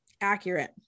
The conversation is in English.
Accurate